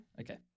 Okay